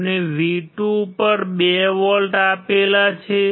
આપણે V2 ઉપર 2 volt આપેલા છે